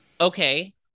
okay